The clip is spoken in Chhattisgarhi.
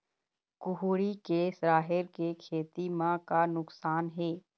कुहड़ी के राहेर के खेती म का नुकसान हे?